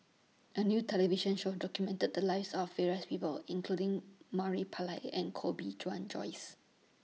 A New television Show documented The Lives of various People including Murali Pillai and Koh Bee Tuan Joyce